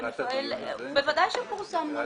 בוודאי שפורסם נוסח.